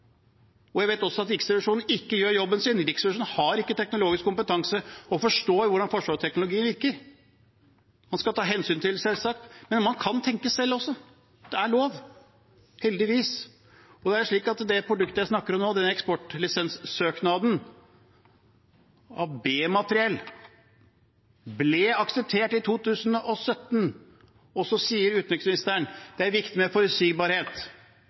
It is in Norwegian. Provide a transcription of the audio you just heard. og jeg vet hva jeg snakker om. Jeg vet også at Riksrevisjonen ikke gjør jobben sin. Riksrevisjonen har ikke teknologisk kompetanse til å forstå hvordan forsvarsteknologien virker. Man skal ta hensyn til det, selvsagt, men man kan tenke selv også, det er lov, heldigvis. Det produktet jeg snakker om nå, den eksportlisenssøknaden, av B-materiell, ble akseptert i 2017, og så sier utenriksministeren at det er viktig med forutsigbarhet.